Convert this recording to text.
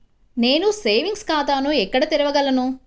నేను సేవింగ్స్ ఖాతాను ఎక్కడ తెరవగలను?